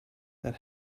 that